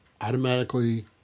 automatically